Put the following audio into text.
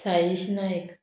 Saish Naik